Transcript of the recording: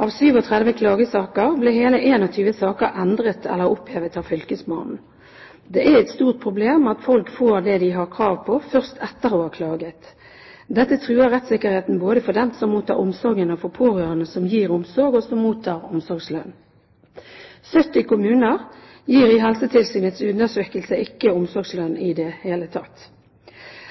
Av 37 klagesaker ble hele 21 saker endret eller opphevet av fylkesmannen. Det er et stort problem at folk får det de har krav på først etter å ha klaget. Dette truer rettssikkerheten både for den som mottar omsorgen, og for pårørende som gir omsorg, og som mottar omsorgslønn. 70 kommuner gir ifølge Helsetilsynets undersøkelse ikke omsorgslønn i det hele tatt.